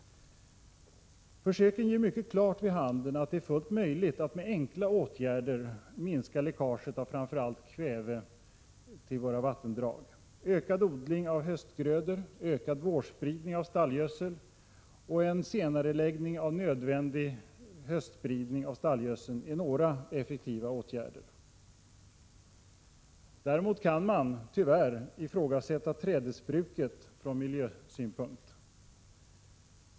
Försöken ger mycket klart vid handen att det är fullt möjligt att med enkla åtgärder minska läckaget av framför allt kväve till våra vattendrag. Ökad odling av höstgrödor, ökad vårspridning av stallgödsel och en senareläggning av nödvändig höstspridning av stallgödsel är några effektiva effekter. Däremot kan man tyvärr ifrågasätta trädesbruket från miljösynpunkt.